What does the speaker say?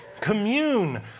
Commune